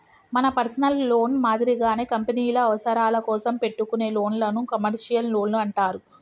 మన personal loan మాదిరిగానే కంపెనీల అవసరాల కోసం పెట్టుకునే లోన్లను కమర్షియల్ లోన్లు అంటారు